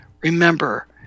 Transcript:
Remember